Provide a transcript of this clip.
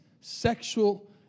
sexual